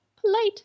polite